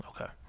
Okay